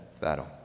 battle